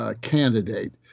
Candidate